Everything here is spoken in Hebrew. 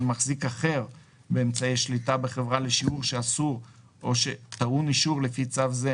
מחזיק אחר באמצעי שליטה בחברה לשיעור שאסור או שטעון אישור לפי צו זה,